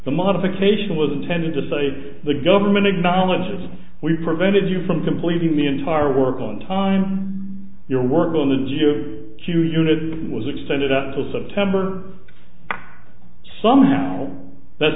modification was intended to say the government acknowledges we prevented you from completing the entire work on time your work on that is your cue unit was extended up until september somehow that's